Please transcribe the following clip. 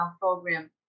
program